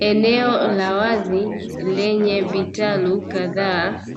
Eneo la wazi lenye vitalu kadhaa